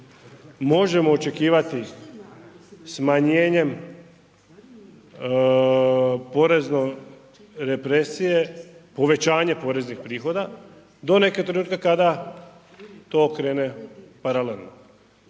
možemo očekivati smanjenjem porezno represije povećanje poreznih prihoda do nekog trenutka kada to krene paralelno